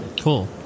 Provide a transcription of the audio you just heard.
Cool